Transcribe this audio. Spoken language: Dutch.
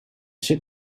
zit